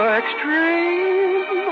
extreme